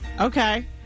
Okay